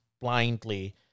blindly